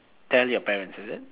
tell your parents is it